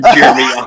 Jeremy